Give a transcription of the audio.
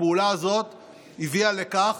הפעולה הזאת הביאה לכך